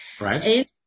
Right